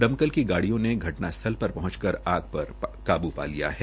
दमकल की गाड़ियों ने घटना स्थल पर पहुंच कर आग पर काबू पा लिया है